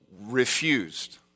refused